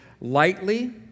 lightly